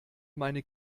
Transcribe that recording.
meine